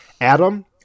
Adam